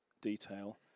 detail